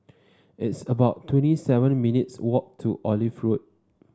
it's about twenty seven minutes' walk to Olive Road